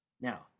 Now